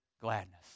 gladness